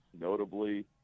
notably